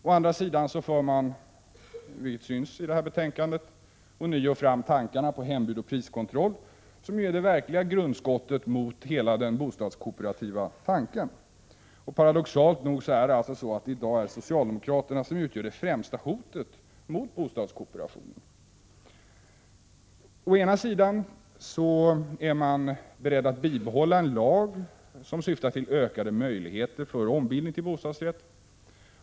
Å andra sidan för man — vilket syns i betänkandet — ånyo fram tankarna på hembud och priskontroll, som ju är det verkliga grundskottet mot hela den bostadskooperativa tanken. Paradoxalt nog utgör socialdemokraterna i dag det främsta hotet mot bostadskooperationen. Å ena sidan är man beredd att bibehålla en lag som syftar till ökade möjligheter för ombildning till bostadsrätt.